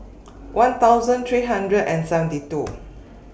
one thousand three hundred and seventy two